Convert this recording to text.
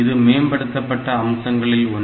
இது மேம்படுத்தப்பட்ட அம்சங்களில் ஒன்று